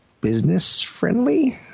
business-friendly